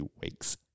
weeks